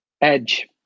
edge